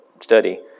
study